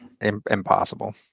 Impossible